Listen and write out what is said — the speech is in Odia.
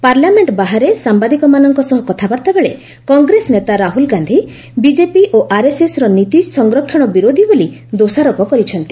ପାର୍ଲାମେଣ୍ଟ ବାହାରେ ସାମ୍ବାଦିକମାନଙ୍କ ସହ କଥାବାର୍ତ୍ତା ବେଳେ କଂଗ୍ରେସ ନେତା ରାହୁଳ ଗାନ୍ଧୀ ବିଜେପି ଓ ଆର୍ଏସ୍ଏସ୍ର ନୀତି ସଂରକ୍ଷଣ ବିରୋଧୀ ବୋଲି ଦୋଷାରୋପ କରିଛନ୍ତି